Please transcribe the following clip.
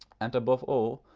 and, above all,